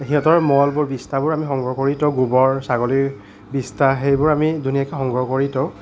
সিহঁতৰ মলবোৰ বিষ্ঠাবোৰ আমি সংগ্ৰহ কৰি থওঁ গোবৰ ছাগলীৰ বিষ্ঠা সেইবোৰ আমি ধুনীয়াকৈ সংগ্ৰহ কৰি থওঁ